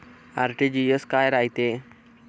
RTGS काय रायते?